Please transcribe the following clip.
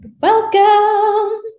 Welcome